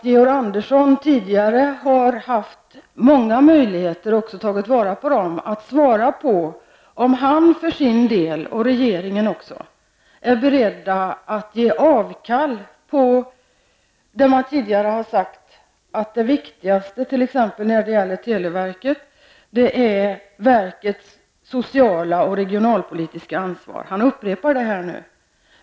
Georg Andersson har tidigare haft många möjligheter, och har också tagit till vara dem, att svara på om han och regeringen är beredda att ge avkall på det som man tidigare har sagt, att det viktigaste t.ex. när det gäller televerket är verkets sociala och regionalpolitiska ansvar. Han upprepar det nu.